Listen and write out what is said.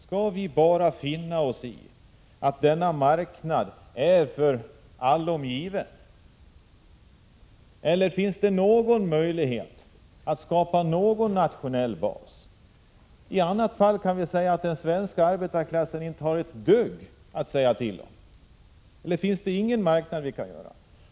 Skall vi bara finna oss i att marknaden är för alltid given? Eller finns det någon möjlighet att skapa en nationell bas? I annat fall har den svenska arbetarklassen inte ett dugg att säga till om. Finns det ingenting vi kan göra?